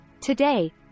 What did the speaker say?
Today